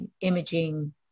imaging